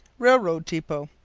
railroad depot.